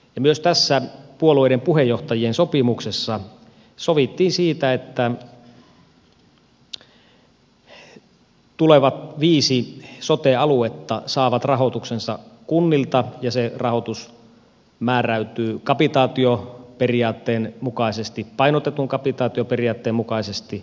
myös tässä puolueiden puheenjohtajien sopimuksessa sovittiin siitä että tulevat viisi sote aluetta saavat rahoituksensa kunnilta ja se rahoitus määräytyy kapitaatioperiaatteen mukaisesti painotetun kapitaatioperiaatteen mukaisesti